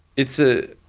it's a,